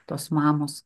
tos mamos